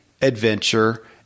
adventure